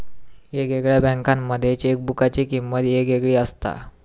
येगयेगळ्या बँकांमध्ये चेकबुकाची किमंत येगयेगळी असता